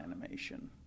animation